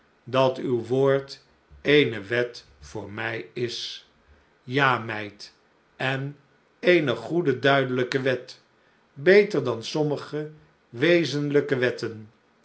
dat uw woord eene wet voor mij is ja meid en eene goede duidelijke wet beter dan sommige wezenlijke wetten